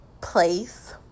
place